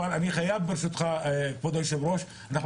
כבוד היושב-ראש,